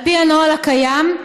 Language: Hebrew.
על פי הנוהל הקיים,